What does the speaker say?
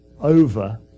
over